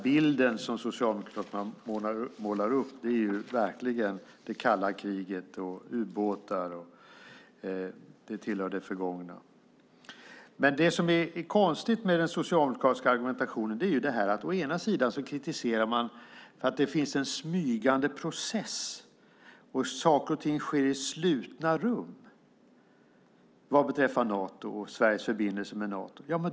Bilden som Socialdemokraterna målar upp av det kalla kriget och ubåtar hör till det förgångna. Det som är konstigt med den socialdemokratiska argumentationen är att man kritiserar att det finns en smygande process. Saker och ting sker i slutna rum vad beträffar Nato och Sveriges förbindelser med Nato.